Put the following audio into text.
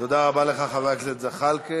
תודה רבה לך, חבר הכנסת זחאלקֵה.